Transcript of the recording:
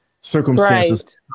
circumstances